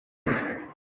umugande